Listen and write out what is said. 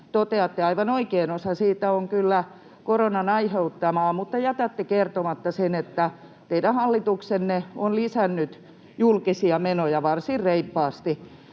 toteatte, aivan oikein, että osa siitä on koronan aiheuttamaa, mutta jätätte kertomatta sen, että teidän hallituksenne on lisännyt julkisia menoja varsin reippaasti.